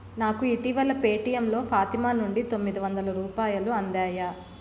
నాకు ఇటీవల పేటిఎమ్లో ఫాతిమా నుండి తొమ్మిదివందల రూపాయలు అందాయా